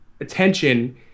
attention